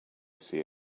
see